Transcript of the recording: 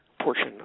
portion